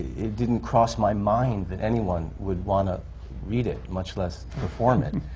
it didn't cross my mind that anyone would want to read it, much less perform it.